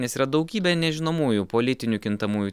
nes yra daugybė nežinomųjų politinių kintamųjų